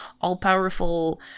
all-powerful